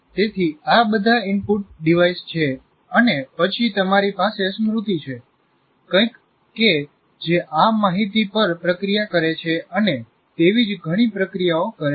તેથી આ બધા ઇનપુટ ડિવાઇસ છે અને પછી તમારી પાસે સ્મૃતિ છે કંઈક કે જે આ માહિતી પર પ્રક્રિયા કરે છે અને તેવીજ ઘણી ક્રિયાઓ કરે છે